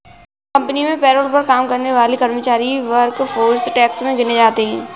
company में payroll पर काम करने वाले कर्मचारी ही वर्कफोर्स टैक्स में गिने जाते है